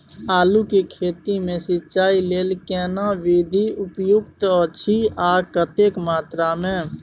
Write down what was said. आलू के खेती मे सिंचाई लेल केना विधी उपयुक्त अछि आ कतेक मात्रा मे?